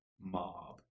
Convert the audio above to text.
mob